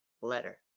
letter